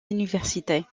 universités